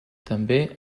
també